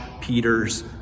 Peter's